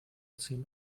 zehn